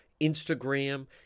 instagram